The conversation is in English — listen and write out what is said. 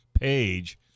page